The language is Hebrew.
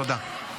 תודה.